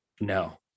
no